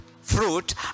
fruit